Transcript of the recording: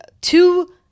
two